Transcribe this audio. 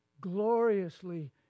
gloriously